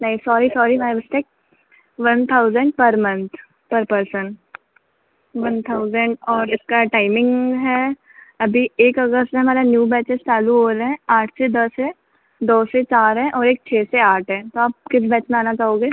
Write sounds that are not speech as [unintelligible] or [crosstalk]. नहीं sorry sorry ma'am [unintelligible] one thousand per month per person one thousand और इसका timing है अभी एक अगस्त से हमारा न्यू बैचेस चालू हो रहे हैं आठ से दस है दो से चार है और एक छह से आठ है तो आप किस बैच में आना चाहोगे